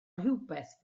rhywbeth